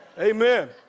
Amen